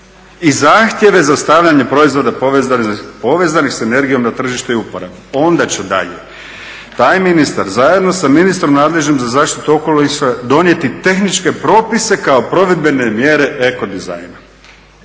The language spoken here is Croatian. i zahtjeve za stavljanje proizvoda povezanih s energijom na tržište i uporabu. Onda će dalje taj ministar zajedno sa ministrom nadležnim za zaštitu okoliša donijeti tehničke propise kao provedbene mjere eko dizajna.